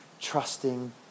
trusting